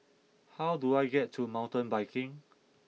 how do I get to Mountain Biking